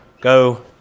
Go